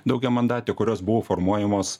daugiamandatė kurios buvo formuojamos